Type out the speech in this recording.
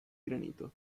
granito